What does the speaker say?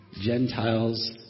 Gentiles